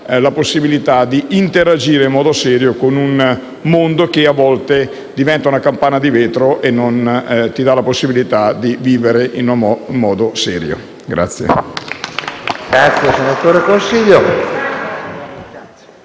la possibilità di interagire in modo serio con un mondo che a volte diventa una campana di vetro e non dà la possibilità di vivere serenamente.